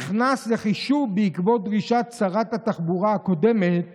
נכנס לחישוב בעקבות דרישת שרת התחבורה הקודמת הגב'